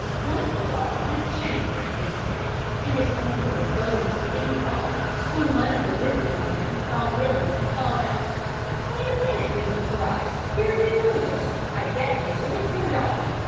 one of the dogs had a chain around its neck and its owner was going to lead it off when one of the livery men saw billy and called out wait a minute mr. pride, here's a billy goat i bet can lick your dog.